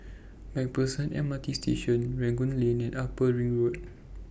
MacPherson M R T Station Rangoon Lane and Upper Ring Road